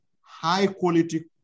high-quality